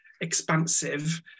expansive